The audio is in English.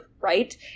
right